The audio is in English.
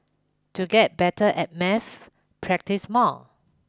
to get better at math practise more